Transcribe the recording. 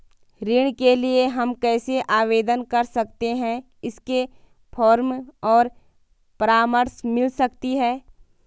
ऋण के लिए हम कैसे आवेदन कर सकते हैं इसके फॉर्म और परामर्श मिल सकती है?